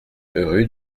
rue